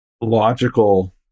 logical